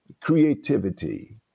creativity